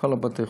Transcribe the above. בכל בתי-החולים.